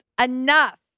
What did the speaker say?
Enough